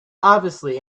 obviously